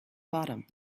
bottom